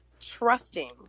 trusting